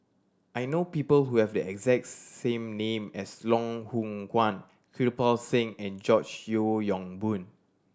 I know people who have the exact same name as Loh Hoong Kwan Kirpal Singh and George Yeo Yong Boon